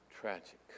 Tragic